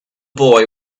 boy